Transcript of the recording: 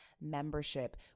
membership